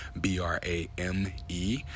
B-R-A-M-E